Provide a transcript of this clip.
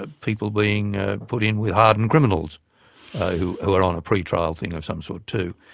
ah people being put in with hardened criminals who are on a pre-trial thing of some sort, too.